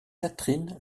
catherine